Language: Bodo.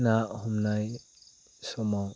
ना हमनाय समाव